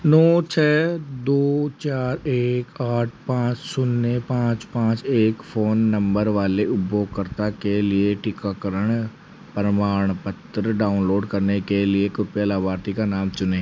नौ छः दो चार एक आठ पाँच शून्य पाँच पाँच एक फ़ोन नंबर वाले उपयोगकर्ता के लिए टीकाकरण प्रमाणपत्र डाउनलोड करने के लिए कृपया लाभार्थी का नाम चुनें